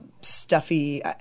stuffy